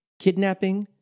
kidnapping